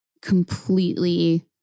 completely